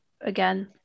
again